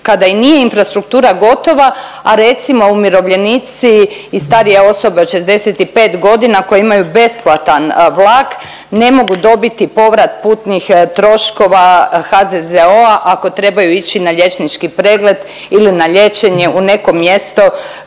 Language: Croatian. kada i nije infrastruktura gotova, a recimo umirovljenici i starije osobe od 65 godina koje imaju besplatan vlak ne mogu dobiti povrat putnih troškova HZZO-a ako trebaju ići na liječnički pregled ili na liječenje u neko mjesto